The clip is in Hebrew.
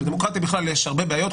בדמוקרטיה בכלל יש הרבה בעיות.